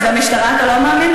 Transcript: אז למשטרה אתה לא מאמין.